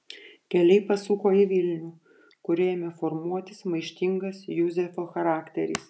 keliai pasuko į vilnių kur ėmė formuotis maištingas juzefo charakteris